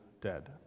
dead